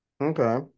okay